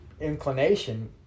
inclination